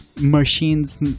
machines